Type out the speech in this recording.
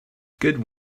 good